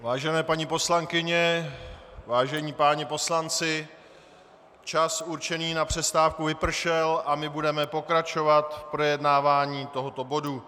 Vážené paní poslankyně, vážení páni poslanci, čas určený na přestávku vypršel a my budeme pokračovat v projednávání tohoto bodu.